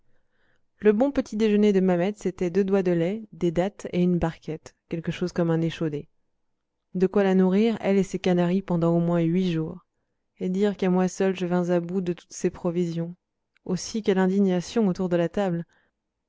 le bon petit déjeuner de mamette c'était deux doigts de lait des dattes et une barquette quelque chose comme un échaudé de quoi la nourrir elle et ses canaris au moins pendant huit jours et dire qu'à moi seul je vins à bout de toutes ces provisions aussi quelle indignation autour de la table